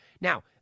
Now